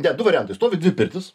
ne du variantai stovi dvi pirtys